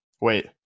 wait